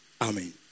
Amen